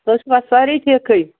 تُہۍ چھُوا سٲری ٹھیٖکٕے